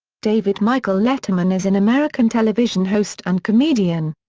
david michael letterman is an american television host and comedian.